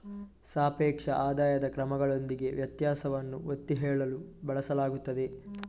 ಸಾಪೇಕ್ಷ ಆದಾಯದ ಕ್ರಮಗಳೊಂದಿಗೆ ವ್ಯತ್ಯಾಸವನ್ನು ಒತ್ತಿ ಹೇಳಲು ಬಳಸಲಾಗುತ್ತದೆ